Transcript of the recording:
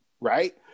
right